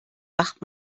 macht